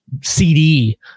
cd